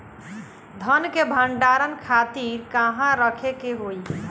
धान के भंडारन खातिर कहाँरखे के होई?